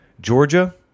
Georgia